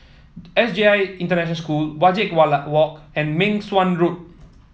S J I International School Wajek Walk and Meng Suan Road